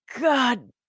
God